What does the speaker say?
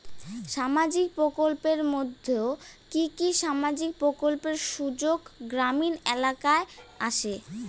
সামাজিক প্রকল্পের মধ্যে কি কি সামাজিক প্রকল্পের সুযোগ গ্রামীণ এলাকায় আসে?